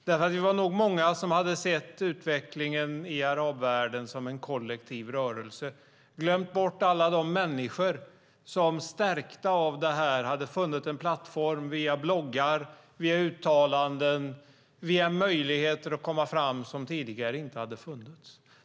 Det var nog många som hade sett utvecklingen i arabvärlden som en kollektiv rörelse och glömt bort alla de människor som stärkta av detta hade funnit en plattform via bloggar, uttalanden och möjligheter att komma fram som tidigare inte hade funnits.